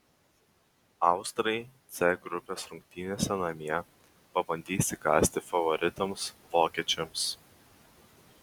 austrai c grupės rungtynėse namie pabandys įkąsti favoritams vokiečiams